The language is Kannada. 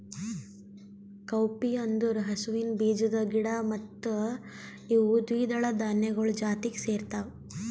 ಕೌಪೀ ಅಂದುರ್ ಹಸುವಿನ ಬೀಜದ ಗಿಡ ಮತ್ತ ಇವು ದ್ವಿದಳ ಧಾನ್ಯಗೊಳ್ ಜಾತಿಗ್ ಸೇರ್ತಾವ